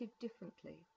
differently